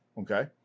Okay